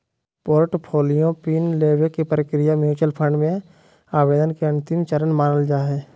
portfolio PIN लेबे के प्रक्रिया म्यूच्यूअल फंड मे आवेदन के अंतिम चरण मानल जा हय